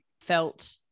felt